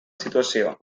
situació